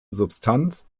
substanz